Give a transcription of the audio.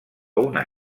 una